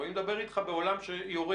אבל אני מדבר אתך בעולם שיורד.